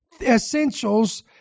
essentials